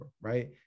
right